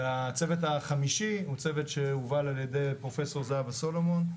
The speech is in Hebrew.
והצוות החמישי הוא צוות שהובל על ידי פרופ' זהבה סולומון,